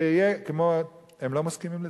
שיהיה כמו, הם לא מסכימים לזה.